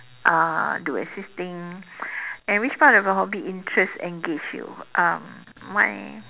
uh do assisting and which part of your hobby interest engage you um my